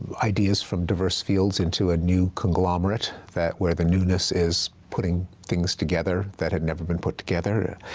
um ideas from diverse fields into a new conglomerate that where the newness is putting things together that had never been put together,